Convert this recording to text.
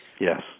Yes